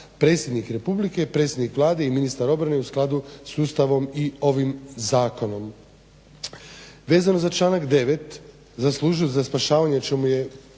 predsjednik republike, predsjednik Vlade i ministar obrane i u skladu s Ustavom i ovim zakonom. Vezano za članak 9. za službu za spašavanje o čemu